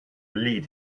lead